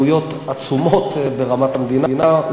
עלויות עצומות ברמת המדינה,